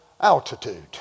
altitude